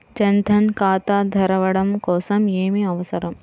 జన్ ధన్ ఖాతా తెరవడం కోసం ఏమి అవసరం?